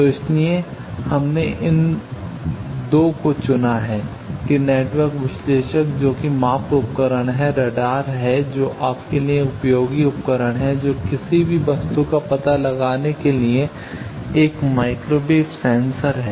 तो इसीलिए हमने इन 2 को चुना है कि नेटवर्क विश्लेषक जो कि माप उपकरण है रडार है जो आपके लिए एक उपयोगी उपकरण है जो किसी भी वस्तु का पता लगाने के लिए एक माइक्रोवेव सेंसर है